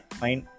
fine